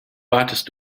wartest